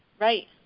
Right